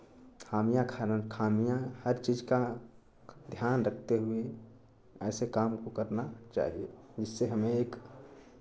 खामियाँ खामियाँ हर चीज़ का ध्यान रखते हुए ऐसे काम को करना चाहिए जिससे हमें एक